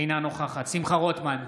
אינה נוכחת שמחה רוטמן,